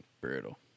Brutal